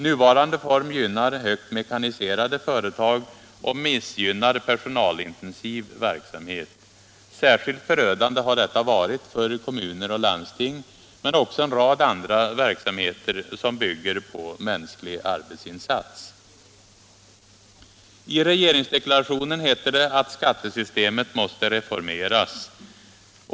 Nuvarande form gynnar högt mekaniserade företag och missgynnar per sonalintensiv verksamhet. Särskilt förödande har detta varit för kommuner och landsting, men också för en rad andra verksamheter som bygger på mänsklig arbetsinsats. I regeringsdeklarationen heter det att skattesystemet måste reformeras.